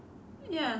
ya